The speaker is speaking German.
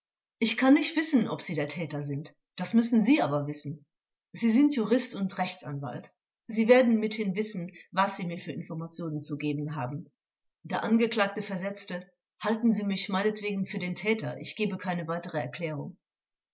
ich kann nicht wissen ob sie der täter sind das müssen sie aber wissen sie sind jurist und rechtsanwalt sie werden mithin wissen was sie mir für informationen zu geben haben der angeklagte versetzte halten sie mich meinetwegen für den täter ich gebe keine weitere erklärung